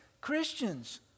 Christians